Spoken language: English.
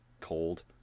cold